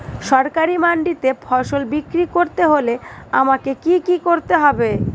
সরকারি মান্ডিতে ফসল বিক্রি করতে হলে আমাকে কি কি করতে হবে?